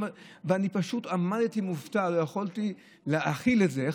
ואני פשוט עמדתי מופתע, לא יכולתי להכיל את זה.